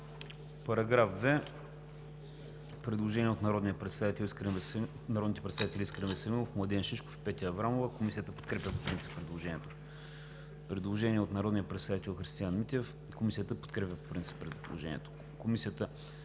По § 2 има предложение от народните представители Искрен Веселинов, Младен Шишков и Петя Аврамова. Комисията подкрепя по принцип предложението. Предложение от народния представител Христиан Митев. Комисията подкрепя по принцип предложението.